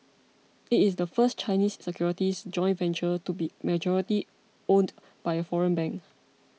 it is the first Chinese securities joint venture to be majority owned by a foreign bank